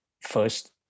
first